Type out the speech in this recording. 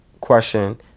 question